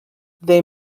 they